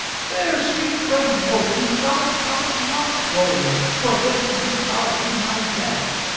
fair sweet friend, quoth he, thou shalt not go, for then wouldst thou be my death.